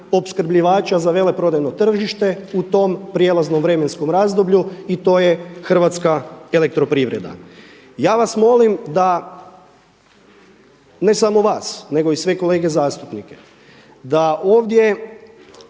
opskrbljivača za veleprodajno tržište u tom prijelaznom vremenskom razdoblju i to je HEP. Ja vas molim da, ne samo vas nego i sve kolege zastupnike da ovdje